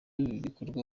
bikorwa